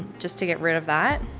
just to get rid of that,